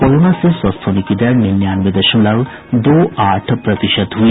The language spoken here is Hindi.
कोरोना से स्वस्थ होने की दर निन्यानवे दशमलव दो आठ प्रतिशत हुई